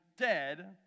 dead